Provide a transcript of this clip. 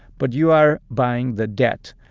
but you are buying the debt.